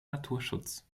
naturschutz